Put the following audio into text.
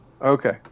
Okay